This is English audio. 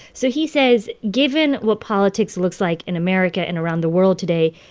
so he says, given what politics looks like in america and around the world today,